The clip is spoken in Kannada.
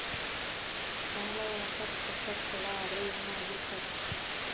ಸಾಲ ವಾಪಸ್ ಕಟ್ಟಕ ತಡ ಆದ್ರ ಏನಾಗುತ್ತ?